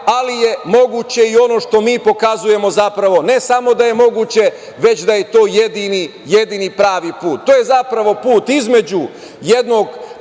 ali je moguće i ono što mi pokazujemo, ne samo da je moguće već da je to jedini pravi put. To je put između jednog